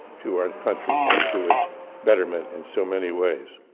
to our and country and to it's betterment in so many ways.